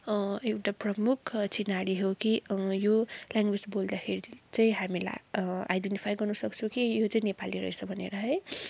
एउटा प्रमुख चिनारी हो कि यो ल्याङ्ग्वेज बोल्दाखेरि चाहिँ हामीलाई आइडेन्टीफाई गर्नुसक्छु कि यो चाहिँ नेपाली रहेछ भनेर है